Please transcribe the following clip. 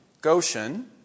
Goshen